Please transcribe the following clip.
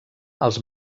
els